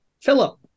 Philip